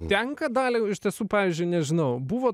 tenka daliau iš tiesų pavyzdžiui nežinau buvo